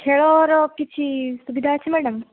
ଖେଳର କିଛି ସୁବିଧା ଅଛି ମ୍ୟାଡ଼ାମ୍